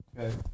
Okay